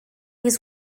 was